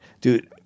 dude